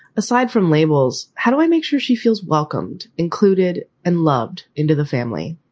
aside from labels, how do i make sure she feels welcomed, included and loved into the family?